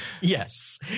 Yes